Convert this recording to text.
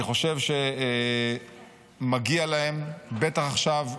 אני חושב שמגיע להם, בטח עכשיו,